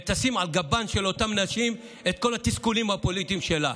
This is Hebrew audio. וישימו על גבן של אותן נשים את כל התסכולים הפוליטיים שלהם.